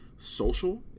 Social